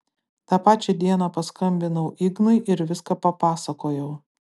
tą pačią dieną paskambinau ignui ir viską papasakojau